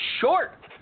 short